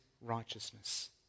righteousness